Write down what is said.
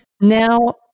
Now